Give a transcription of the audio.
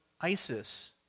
ISIS